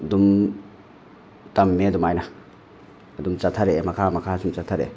ꯑꯗꯨꯝ ꯇꯝꯃꯦ ꯑꯗꯨꯃꯥꯏꯅ ꯑꯗꯨꯝ ꯆꯠꯊꯔꯛꯑꯦ ꯃꯈꯥ ꯃꯈꯥ ꯁꯨꯝ ꯆꯠꯊꯔꯛꯑꯦ